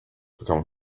become